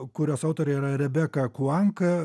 kurios autorė yra rebeka kuanka